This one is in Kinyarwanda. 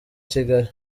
kigali